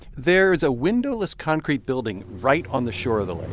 there is a windowless concrete building right on the shore of the lake.